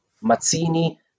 Mazzini